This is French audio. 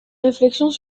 réflexions